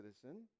citizen